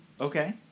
Okay